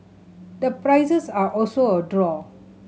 the prices are also a draw